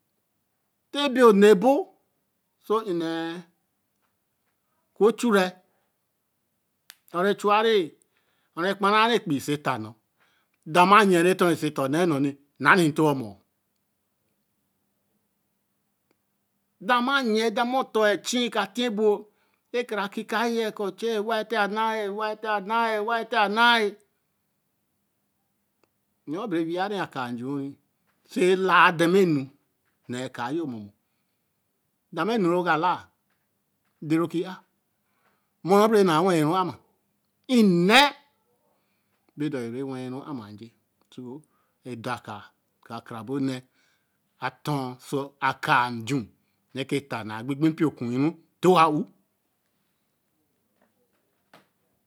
To be nee ebo su nēe kuchure, ho re kpara re epeii so tta nu, dama yen re ton re se tta onne nonni na rent to ho mo, dama yen dat ma otor chiyi ka ti ebo, wen kare ki kaa yen koo waaie te ana ye, waai te a naa ē, yo bere wei re akaa njure se la dama nu nee ka jur mono da ma nu ru ka laa den ru ki ar mōo re bere nāa wen ru ema, ē nēe re dore wen tu ama njee. so edor akaa, kara kara bo nee, aton so akāa nju, re ke tta na pei-pei mpio kuuru to wa. Ewor